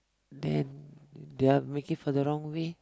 then they are making for the wrong way